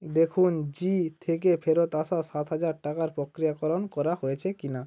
দেখুন জী থেকে ফেরত আসা সাত হাজার টাকার প্রক্রিয়াকরণ করা হয়েছে কি না